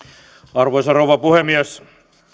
arvoisa rouva puhemies